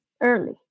early